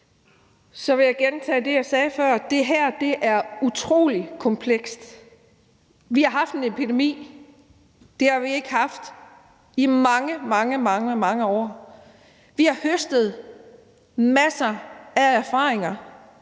Så vil jeg gentage det, jeg sagde før, altså at det her er utrolig komplekst. Vi har haft en epidemi. Det har vi ikke haft i mange, mange år, og vi har høstet masser af erfaringer.